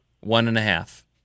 One-and-a-half